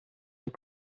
your